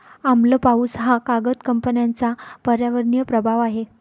आम्ल पाऊस हा कागद कंपन्यांचा पर्यावरणीय प्रभाव आहे